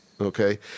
Okay